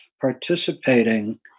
participating